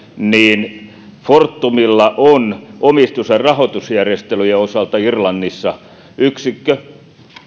niin fortumilla on omistus ja rahoitusjärjestelyjen osalta irlannissa yksikkö